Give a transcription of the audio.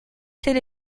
ser